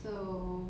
so